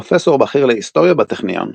פרופסור בכיר להיסטוריה בטכניון.